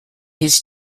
his